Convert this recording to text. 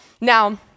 Now